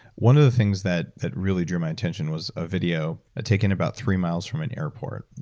one of the things that that really drew my attention was a video ah taken about three miles from an airport,